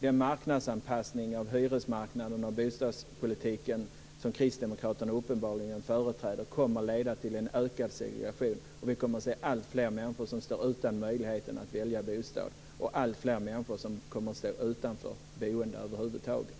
Den marknadsanpassning av hyresmarknaden och bostadspolitiken som Kristdemokraterna uppenbarligen företräder kommer att leda till en ökad segregation. Vi kommer att se alltfler människor som kommer att stå utan möjlighet att välja bostad och alltfler människor som kommer att stå utanför boende över huvud taget.